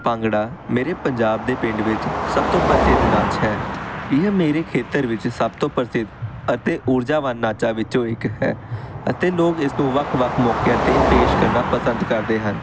ਭੰਗੜਾ ਮੇਰੇ ਪੰਜਾਬ ਦੇ ਪਿੰਡ ਵਿੱਚ ਸਭ ਤੋਂ ਪ੍ਰਸਿੱਧ ਨਾਚ ਹੈ ਇਹ ਮੇਰੇ ਖੇਤਰ ਵਿੱਚ ਸਭ ਤੋਂ ਪ੍ਰਸਿੱਧ ਅਤੇ ਊਰਜਾਵਾਨ ਨਾਚਾਂ ਵਿੱਚੋਂ ਇੱਕ ਹੈ ਅਤੇ ਲੋਕ ਇਸ ਨੂੰ ਵੱਖ ਵੱਖ ਮੌਕਿਆਂ 'ਤੇ ਪੇਸ਼ ਕਰਨਾ ਪਸੰਦ ਕਰਦੇ ਹਨ